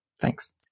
Thanks